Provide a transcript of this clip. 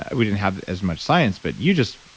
ah we didn't have as much science but you just,